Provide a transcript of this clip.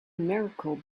miracle